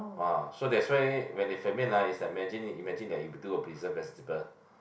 !wah! so that's why when they ferment ah it's like imagine imagine that you do a preserve vegetable